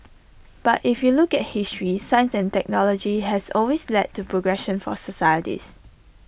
but if you look at history science and technology has always led to progress for societies